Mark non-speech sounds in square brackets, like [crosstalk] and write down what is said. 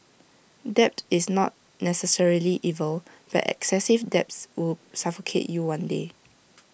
debt is not necessarily evil but excessive debts will suffocate you one day [noise]